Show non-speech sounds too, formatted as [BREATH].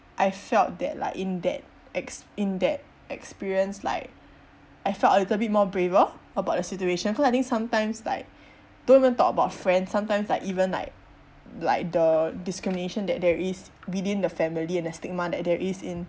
I felt that like in that ex in that experience like I felt a little bit more braver about the situation cause I think sometimes like [BREATH] don't even talk about friends sometimes like even like like the discrimination that there is within the family and the stigma that there is in